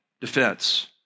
defense